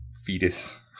fetus